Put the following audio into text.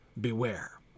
beware